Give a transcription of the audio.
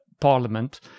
parliament